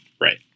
right